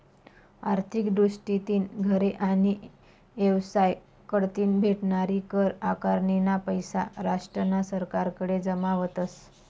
आर्थिक दृष्टीतीन घरे आणि येवसाय कढतीन भेटनारी कर आकारनीना पैसा राष्ट्रना सरकारकडे जमा व्हतस